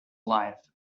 life